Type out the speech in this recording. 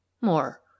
more